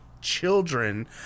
children